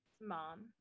mom